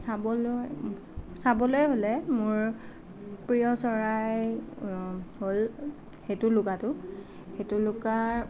চাবলৈ চাবলৈ হ'লে মোৰ প্ৰিয় চৰাই হ'ল হেটুলুকাটো হেটুলুকাৰ